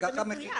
תשלום אחד.